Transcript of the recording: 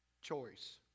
choice